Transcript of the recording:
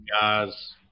guys